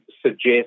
suggest